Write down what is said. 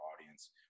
audience